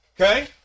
okay